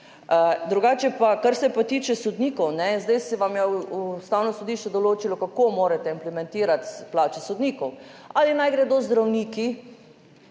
Drugače pa, kar se tiče sodnikov, zdaj vam je Ustavno sodišče določilo, kako morate implementirati plače sodnikov. Ali naj gredo zdravniki,